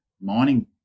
mining